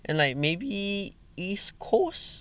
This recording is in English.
and like maybe east coast